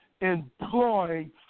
employing